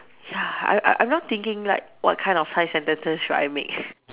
ya I I now thinking like what kind of five sentences should I make